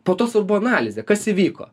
po to svarbu analizė kas įvyko